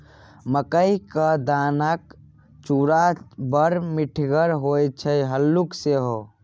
मकई क दानाक चूड़ा बड़ मिठगर होए छै हल्लुक सेहो